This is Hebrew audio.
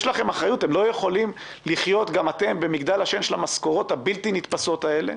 אתם לא יכולים לחיות במגדל השן של המשכורות הבלתי נתפסות האלה,